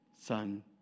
Son